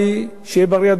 שיהיה בריא עד מאה-ועשרים,